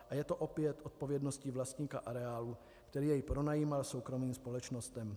A je to opět odpovědností vlastníka areálu, který jej pronajímal soukromým společnostem.